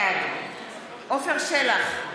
בעד עפר שלח,